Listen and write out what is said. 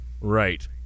Right